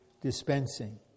dispensing